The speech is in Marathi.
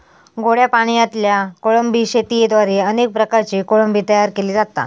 गोड्या पाणयातल्या कोळंबी शेतयेद्वारे अनेक प्रकारची कोळंबी तयार केली जाता